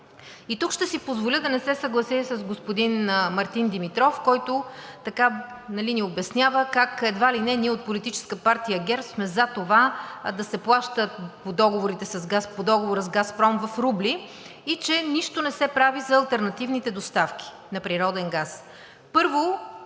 И тук ще си позволя да не се съглася с господин Мартин Димитров, който ни обяснява как едва ли не ние от Политическа партия ГЕРБ сме за това да се плаща по договора с „Газпром“ в рубли и че нищо не се прави за алтернативните доставки на природен газ.